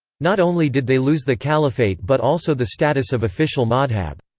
not only did they lose the caliphate but also the status of official madhhab.